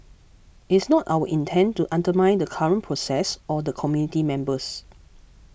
it's not our intent to undermine the current process or the committee members